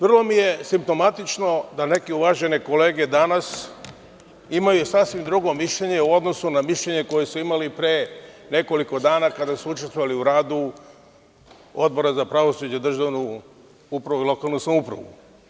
Vrlo mi je simptomatično da neke uvažene kolege danas imaju sasvim drugo mišljenje u odnosu na mišljenje koje su imali pre nekoliko dana kada su učestvovali u radu Odbora za pravosuđe i državnu upravu i lokalnu samoupravu.